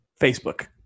Facebook